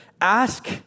ask